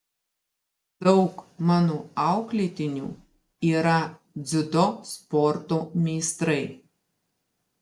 daug mano auklėtinių yra dziudo sporto meistrai